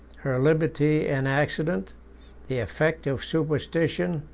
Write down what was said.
her liberty an accident the effect of superstition,